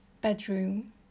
bedroom